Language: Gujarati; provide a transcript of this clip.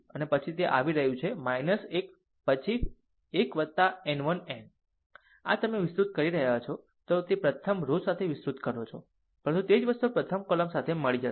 અને પછી તે આવી રહ્યું છે 1 પછી 1n 1n આ તમે વિસ્તૃત કરી રહ્યાં છો તે પ્રથમ રો સાથે વિસ્તૃત કરો છો પરંતુ તે જ વસ્તુ પ્રથમ કોલમ સાથે મળી જશે